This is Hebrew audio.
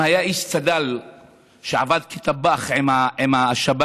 אם היה איש צד"ל שעבד כטבח עם השב"כ,